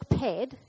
pad